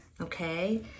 okay